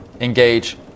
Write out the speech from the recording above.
engage